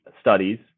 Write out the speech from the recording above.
studies